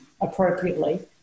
appropriately